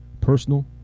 personal